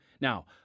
Now